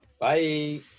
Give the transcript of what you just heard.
Bye